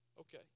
Okay